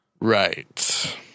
Right